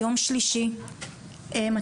אני